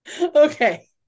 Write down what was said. Okay